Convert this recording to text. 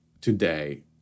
today